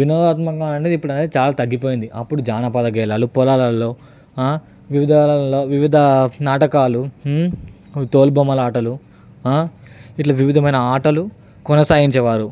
వినోదాత్మకంగా అంటే ఇప్పుడు అనేది చాలా తగ్గిపోయింది అప్పుడు జానపద గేయాలు పొలాలల్లో వివిధ ల వివిధ నాటకాలు తోలు బొమ్మల ఆటలు ఇట్లా వివిధమైన ఆటలు కొనసాగించేవారు